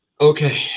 Okay